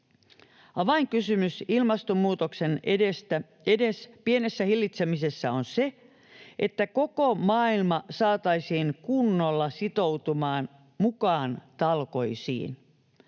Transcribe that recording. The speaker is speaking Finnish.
Avainkysymys ilmastonmuutoksen edes pienessä hillitsemisessä on se, että koko maailma saataisiin kunnolla sitoutumaan mukaan talkoisiin.